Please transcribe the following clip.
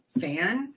fan